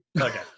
Okay